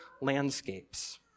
landscapes